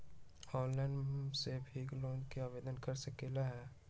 Online से भी loan के आवेदन कर सकलीहल?